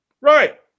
Right